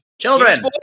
Children